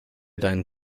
deinen